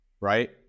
right